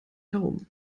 herum